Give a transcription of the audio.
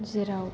जेराव